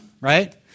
right